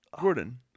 Gordon